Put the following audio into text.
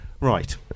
Right